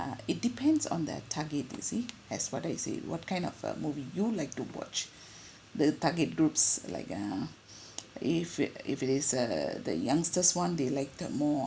it depends on the target you see as what I said what kind of a movie you like to watch the target groups like uh if it if it is uh the youngsters one they like the more